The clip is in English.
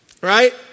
right